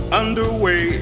underway